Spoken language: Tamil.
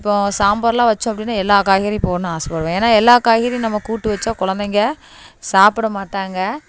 இப்போது சாம்பாரெலாம் வச்சோம் அப்படின்னா எல்லாம் காய்கறியும் போடணும் ஆசைப்படுவேன் ஏனால் எல்லாம் காய்கறியும் நம்ம கூட்டு வச்சால் கொழந்தைங்க சாப்பிட மாட்டாங்க